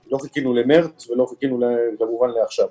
לא חיכינו למרץ, ולא חיכינו כמובן לעכשיו.